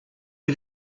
get